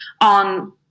on